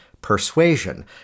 persuasion